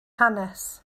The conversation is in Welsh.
hanes